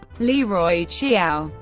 leroy chiao,